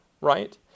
right